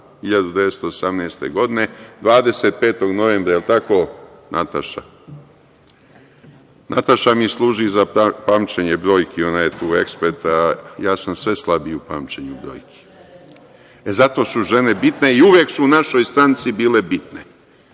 1918. godine, 25. novembra, je li tako Nataša? Nataša mi služi za pamćenje brojki, ona je tu ekspert, a ja sam sve slabiji u pamćenju brojki.(Predsednik: Zato su žene bitne.)E, zato su žene bitne i uvek su u našoj stranci bili bitne.